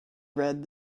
read